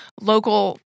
local